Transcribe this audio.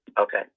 okay